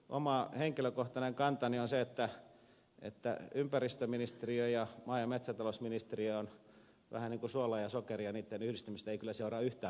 oma henkilökohtainen kantani on se että ympäristöministeriö ja maa ja metsätalousministeriö ovat vähän niin kuin suola ja sokeri ja niitten yhdistämisestä ei kyllä seuraa yhtään mitään hyvää